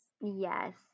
Yes